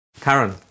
Karen